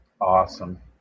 Awesome